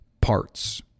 parts